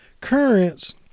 Currents